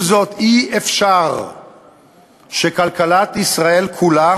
עם זאת, אי-אפשר שכלכלת ישראל כולה